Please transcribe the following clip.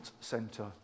centre